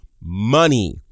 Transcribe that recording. money